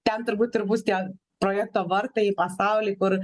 ten turbūt ir bus tie projekto vartai į pasaulį kur